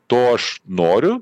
to aš noriu